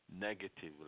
negatively